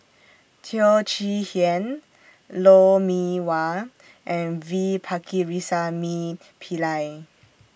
Teo Chee Hean Lou Mee Wah and V Pakirisamy Pillai